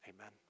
Amen